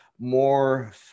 more